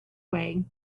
way